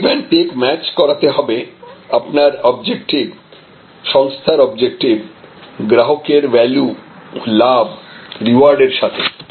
give and take match করাতে হবে আপনার অবজেক্টিভ সংস্থার অবজেক্টিভ গ্রাহকের ভ্যালু লাভ রিওয়ার্ড এর সাথে